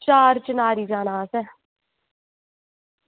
चार चिनारी जाना असें